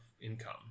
income